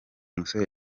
musore